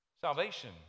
Salvation